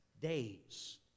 days